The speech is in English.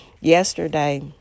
yesterday